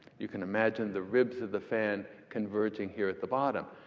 you can imagine the ribs of the fan converging here at the bottom.